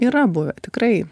yra buvę tikrai